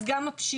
אז גם הפשיעה,